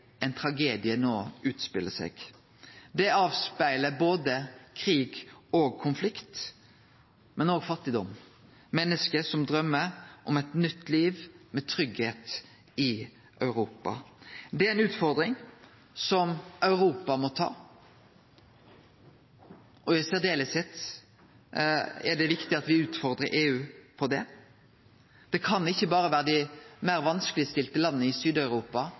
Det speglar både krig og konflikt, men òg fattigdom: menneske som drøymer om eit nytt liv, med tryggleik i Europa. Det er ei utfordring som Europa må ta – og det er særs viktig at me utfordrar EU på dette. Det kan ikkje berre vere dei meir vanskelegstilte landa i